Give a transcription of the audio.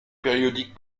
périodique